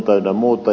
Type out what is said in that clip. ynnä muuta